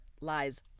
Lies